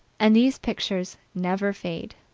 and these pictures never fade,